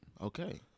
Okay